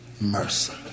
mercy